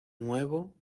nuevo